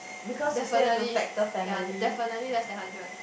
definitely ya definitely less than hundred